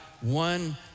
one